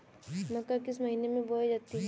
मक्का किस महीने में बोई जाती है?